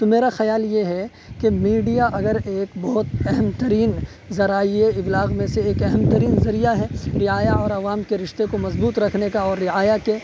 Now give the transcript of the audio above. تو میرا خیال یہ ہے کہ میڈیا اگر ایک بہت اہم ترین ذرائعی ابلاغ میں سے ایک اہم ترین ذریعہ ہے رعایا اورعوام کے رشتے کو مضبوط رکھنے کا اور رعایا کے